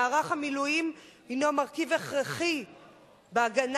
מערך המילואים הוא מרכיב הכרחי בהגנה